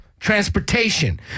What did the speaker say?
Transportation